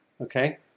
Okay